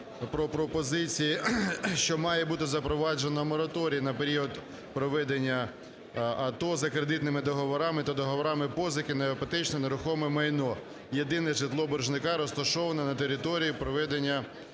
про пропозиції, що має бути запроваджено мораторій на період проведення АТО за кредитними договорами та договорами-позики на іпотечне нерухоме майно, єдине житло боржника, розташоване на території проведення